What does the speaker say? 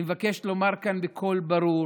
אני מבקש לומר כאן בקול ברור